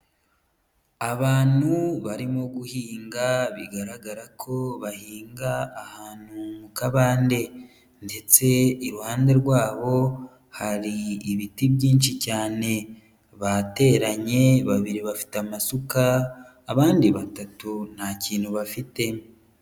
Abantu barimo guhinga bigaragara ko bahinga ahantu mu kabande ndetse iruhande rwabo hari ibiti byinshi cyane, bateranye babiri bafite amasuka, abandi batatu nta kintu bafite.